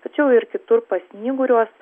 tačiau ir kitur pasnyguriuos